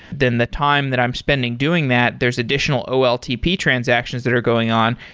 then the time that i'm spending doing that, there's additional oltp transactions that are going on.